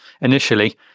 initially